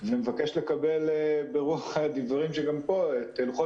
ואני מבקש לקבל ברוח הדברים את לוחות